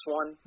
one